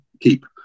keep